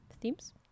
themes